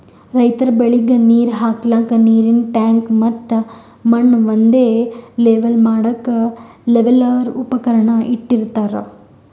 ರೈತರ್ ಬೆಳಿಗ್ ನೀರ್ ಹಾಕ್ಕಕ್ಕ್ ನೀರಿನ್ ಟ್ಯಾಂಕ್ ಮತ್ತ್ ಮಣ್ಣ್ ಒಂದೇ ಲೆವೆಲ್ ಮಾಡಕ್ಕ್ ಲೆವೆಲ್ಲರ್ ಉಪಕರಣ ಇಟ್ಟಿರತಾರ್